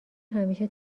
همیشه